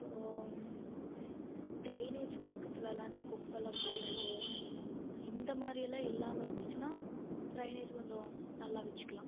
so drainage பக்கத்துலலாம் இந்த குப்பைல்லாம் போடுறது இந்த மாதிரியெல்லாம் இல்லாமல் இருந்துச்சுன்னால் டிரைனேஜ் கொஞ்சம் நல்லா வச்சுக்கிலாம்